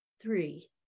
Three